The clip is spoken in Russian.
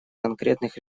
конкретных